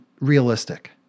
realistic